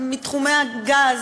מתחומי הגז,